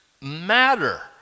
matter